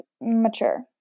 mature